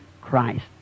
Christ